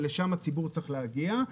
ולשם הציבור צריך להגיע.